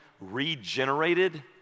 regenerated